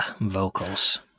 vocals